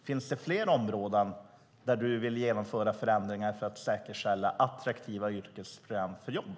Finns det fler områden där ministern vill genomföra förändringar för att säkerställa attraktiva yrkesprogram för jobb?